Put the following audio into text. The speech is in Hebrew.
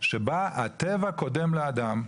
שבה הטבע קודם לאדם.